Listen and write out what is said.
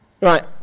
Right